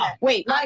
wait